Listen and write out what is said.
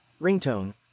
ringtone